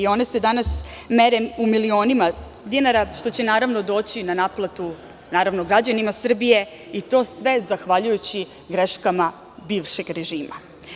One se danas mere u milionima dinara, što će naravno doći na naplatu građanima Srbije i to se zahvaljujući greškama bivšeg režima.